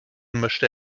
möchte